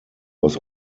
was